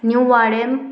new Vadem